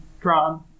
drawn